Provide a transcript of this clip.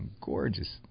gorgeous